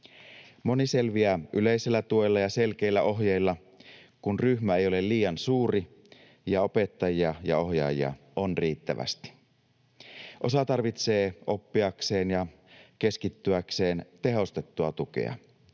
Moni selviää yleisellä tuella ja selkeillä ohjeilla, kun ryhmä ei ole liian suuri ja opettajia ja ohjaajia on riittävästi. Osa tarvitsee oppiakseen ja keskittyäkseen tehostettua tukea,